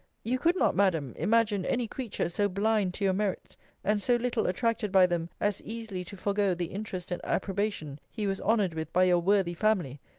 you could not, madam, imagine any creature so blind to your merits, and so little attracted by them, as easily to forego the interest and approbation he was honoured with by your worthy family,